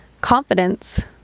Confidence